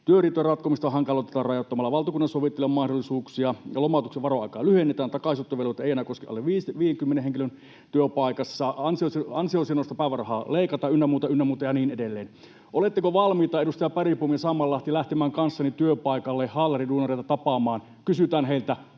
työriitojen ratkomista hankaloitetaan rajoittamalla valtakunnansovittelijan mahdollisuuksia ja lomautuksen varoaikaa lyhennetään, takaisinottovelvoite ei enää koske alle 50 henkilön työpaikassa, ansiosidonnaista päivärahaa leikataan, ynnä muuta, ynnä muuta ja niin edelleen. Oletteko valmiita, edustaja Bergbom ja Sammallahti, lähtemään kanssani työpaikalle haalariduunareita tapaamaan? Kysytään heiltä,